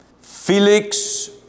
Felix